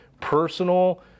personal